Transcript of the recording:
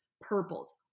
purples